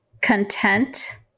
content